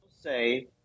say